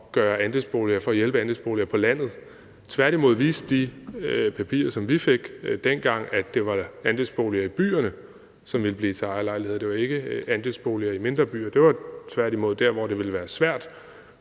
for at hjælpe andelsboliger på landet; tværtimod viste de papirer, som vi fik dengang, at det var andelsboliger i byerne, som ville blive til ejerlejligheder, og det var ikke andelsboliger i mindre byer. Det var tværtimod der, hvor det ville være svært